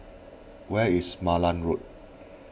where is Malan Road